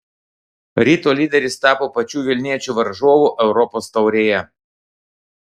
ryto lyderis tapo pačių vilniečių varžovu europos taurėje